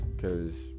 Cause